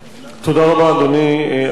תודה רבה, אדוני היושב-ראש.